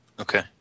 Okay